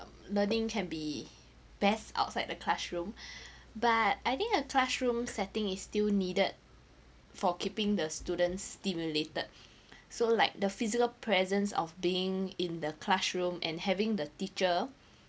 learning can be best outside the classroom but I think the classroom setting is still needed for keeping the students stimulated so like the physical presence of being in the classroom and having the teacher